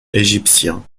égyptiens